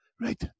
right